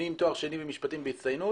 אני עם תואר שני במשפטים בהצטיינות,